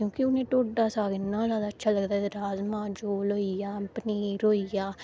क्योकि उ'नें गी ढोडा साग इन्ना ज्यादा अच्छा लगदा ऐ राजमां चौल होई गेआ पनीर होई गेआ